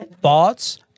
thoughts